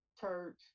church